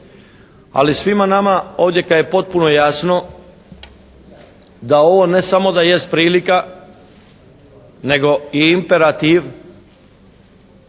ali svima nama odvijeka je potpuno jasno da ovo ne samo da jest prilika, nego i imperativ